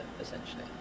essentially